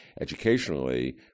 educationally